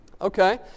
okay